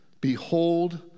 Behold